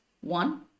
one